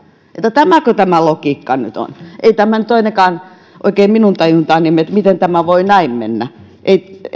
että tämäkö tämä logiikka nyt on ei tämä nyt ainakaan oikein minun tajuntaani mene että miten tämä voi näin mennä